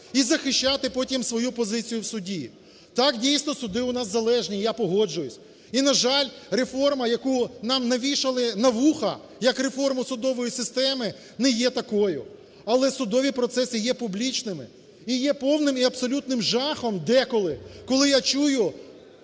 І захищати потім свою позицію в суді. Так, дійсно, суди у нас залежні, я погоджуюсь. І, на жаль, реформа, яку нам навішали на вуха як реформу судової системи не є такою. Але судові процеси є публічними і є повним і абсолютним жахом деколи, коли я чую